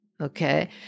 Okay